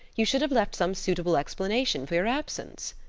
you should have left some suitable explanation for your absence.